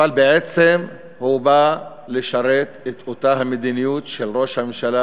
בעצם הוא בא לשרת את אותה המדיניות של ראש הממשלה,